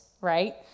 Right